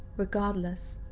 regardless,